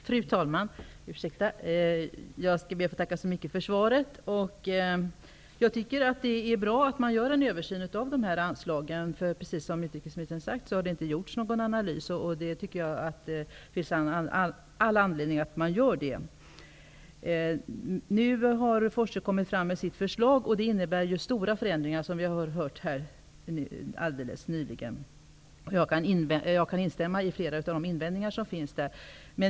Fru talman! Jag ber att få tacka så mycket för svaret. Jag tycker att det är bra att det görs en översyn av anslagen. Precis som utrikesministern har sagt har det inte gjorts någon analys, och det finns all anledning att genomföra en sådan. Nu har Forsse lagt fram sina förslag, och de innebär stora förändringar -- vilket också framfördes här nyss. Jag kan instämma i flera av de invändningar som finns.